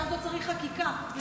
ואז צריך חקיקה.